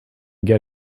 get